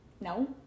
No